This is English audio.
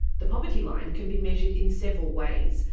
the poverty line can be measured in several ways,